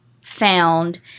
found